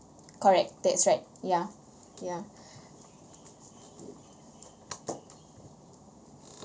correct that's right ya ya